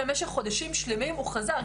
במשך חודשים שלמים הוא חזר,